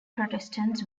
protestants